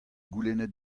goulennet